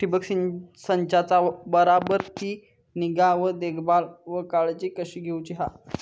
ठिबक संचाचा बराबर ती निगा व देखभाल व काळजी कशी घेऊची हा?